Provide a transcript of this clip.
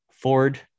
ford